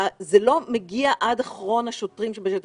זה לא מגיע עד אחרון השוטרים שבשטח.